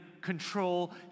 control